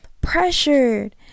pressured